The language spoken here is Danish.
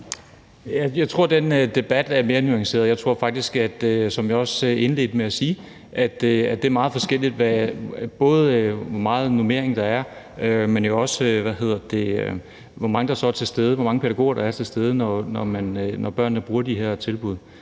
Jeg tror, at den debat er mere nuanceret. Jeg tror faktisk, som jeg også indledte med at sige, at det er meget forskelligt, både hvor meget normering der er, men jo også, hvor mange pædagoger der så er til stede, når børnene bruger de her tilbud.